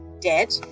Dead